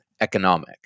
economic